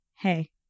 Hey